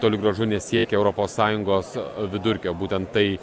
toli gražu nesiekia europos sąjungos vidurkio būtent tai